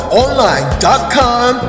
online.com